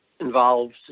involved